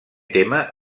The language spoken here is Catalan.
tema